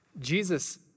Jesus